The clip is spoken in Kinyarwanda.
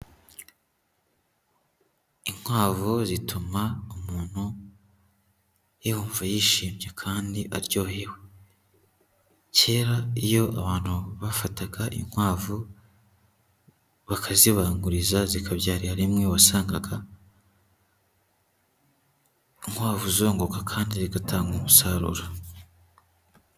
Inkwavu zituma umuntu yumva yishimye kandi aryohewe. Kera iyo abantu bafataga inkwavu, bakazibanguriza zikabyarira rimwe, wasangaga inkwavu zunguka kandi zigatanga umusaruro.